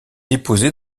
déposé